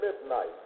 midnight